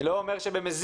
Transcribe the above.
אני לא אומר שבמזיד.